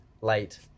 late